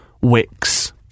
Wicks